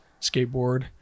skateboard